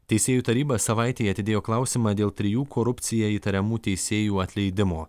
teisėjų taryba savaitei atidėjo klausimą dėl trijų korupcija įtariamų teisėjų atleidimo